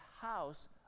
house